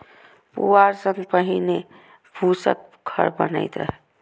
पुआर सं पहिने फूसक घर बनैत रहै